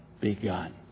begun